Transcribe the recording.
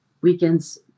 weekends